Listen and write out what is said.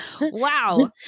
wow